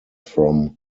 from